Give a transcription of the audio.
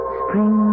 spring